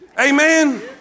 amen